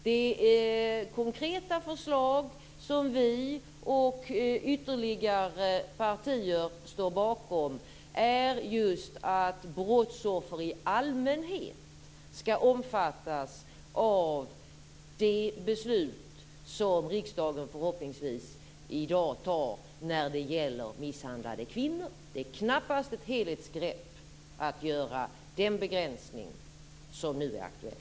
Det konkreta förslag som vi och ytterligare partier står bakom är just att brottsoffer i allmänhet skall omfattas av det beslut som riksdagen förhoppningsvis fattar i dag när det gäller misshandlade kvinnor. Det är knappast ett helhetsgrepp att göra den begränsning som nu är aktuell.